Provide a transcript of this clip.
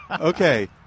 Okay